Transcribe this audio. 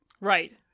right